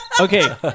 Okay